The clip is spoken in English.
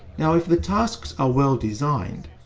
now, if the tasks are well-designed,